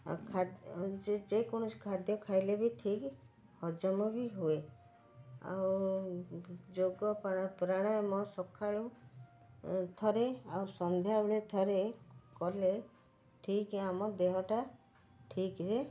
ଯେ କୌଣସି ଖାଦ୍ୟ ଖାଇଲେ ବି ଠିକ୍ ହଜମ ବି ହୁଏ ଆଉ ଯୋଗ ପ୍ରାଣାୟମ ସକାଳୁ ଥରେ ଆଉ ସନ୍ଧ୍ୟାବେଳେ ଥରେ କଲେ ଠିକ୍ ଆମ ଦେହଟା ଠିକ୍ରେ